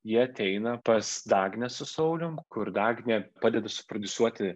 jie ateina pas dagnę su saulium kur dagnė padedu suprodiusuoti